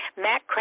Matt